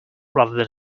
rather